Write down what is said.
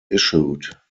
issued